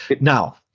now